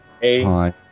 Hey